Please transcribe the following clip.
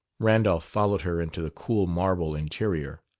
randolph followed her into the cool marble interior.